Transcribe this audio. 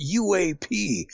UAP